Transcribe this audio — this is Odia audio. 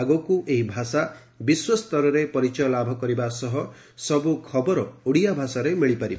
ଆଗକୁ ଏହି ଭାଷା ବିଶ୍ୱସ୍ତରେ ପରିଚୟ ଲାଭ କରବା ସହ ସବୁ ଖବର ଓଡ଼ିଆ ଭାଷାରେ ମିଳିପାରିବ